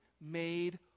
made